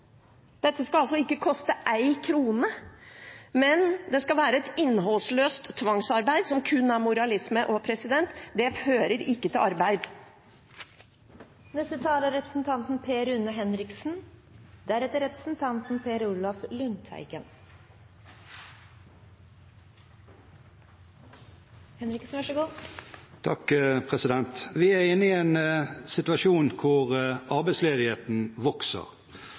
Dette skal altså ikke koste én krone, men det skal være et innholdsløst tvangsarbeid som kun er moralisme. Det fører ikke til arbeid. Vi er i en situasjon hvor arbeidsledigheten vokser.